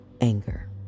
anger